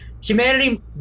humanity